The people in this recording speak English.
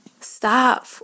stop